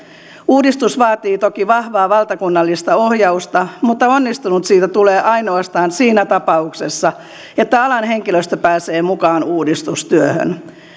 uudistus vaatii toki vahvaa valtakunnallista ohjausta mutta onnistunut siitä tulee ainoastaan siinä tapauksessa että alan henkilöstö pääsee mukaan uudistustyöhön